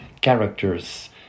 characters